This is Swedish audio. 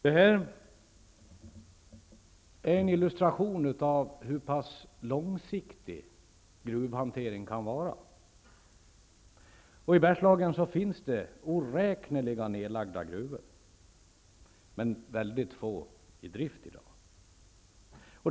Det här är en illustration av hur pass långsiktig gruvhantering kan vara. I Bergslagen finns det i dag oräkneliga nedlagda gruvor men få i drift.